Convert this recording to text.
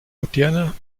moderner